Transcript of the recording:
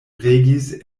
regis